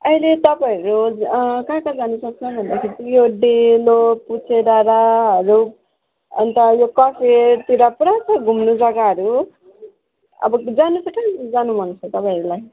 अहिले तपाईँहरू कहाँ कहाँ जानु सक्छ भन्दाखेरि चाहिँ यो डेलो पुच्चे डाँडाहरू अन्त यो कफेरतिर पुरा छ घुम्ने जगाहरू अब जानु चाहिँ कहाँ जानु मन छ तपाईँहरूलाई